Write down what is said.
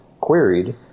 queried